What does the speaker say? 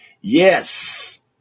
Yes